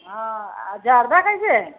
हँ आ जरदा कैसे हय